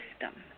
system